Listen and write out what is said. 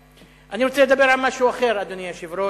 אני רוצה לדבר על משהו אחר, אדוני היושב-ראש.